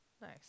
Nice